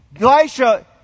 Elisha